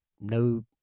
no